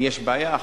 יש בעיה,